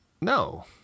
No